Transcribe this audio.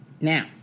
Now